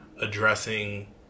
addressing